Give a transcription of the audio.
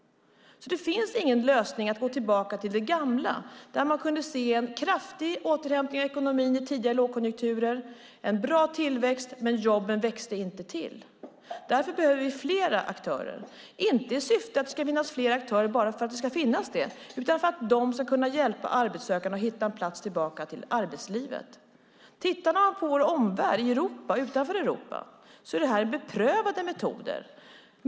Det är ingen lösning att gå tillbaka till det gamla, där man kunde se en kraftig återhämtning i ekonomin i tidigare lågkonjunkturer och en bra tillväxt men där jobben inte växte till. Därför behöver vi fler aktörer, inte bara för att det ska finnas det, utan för att de ska kunna hjälpa arbetssökande att hitta en väg tillbaka till arbetslivet. I vår omvärld, i och utanför Europa, är det här beprövade metoder.